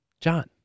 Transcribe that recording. John